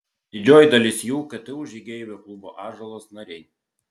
didžioji dalis jų ktu žygeivių klubo ąžuolas nariai